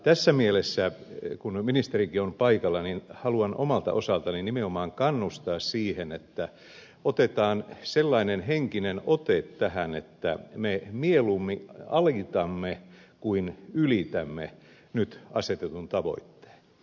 tässä mielessä kun ministerikin on paikalla haluan omalta osaltani nimenomaan kannustaa siihen että otetaan sellainen henkinen ote tähän että me mieluummin alitamme kuin ylitämme nyt asetetun tavoitteen